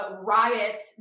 riots